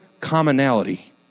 commonality